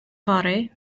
fory